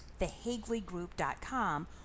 TheHagleyGroup.com